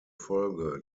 folge